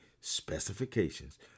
specifications